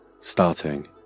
starting